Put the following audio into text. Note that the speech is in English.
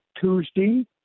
Tuesday